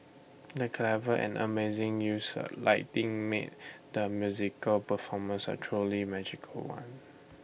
the clever and amazing use of lighting made the musical performance A truly magical one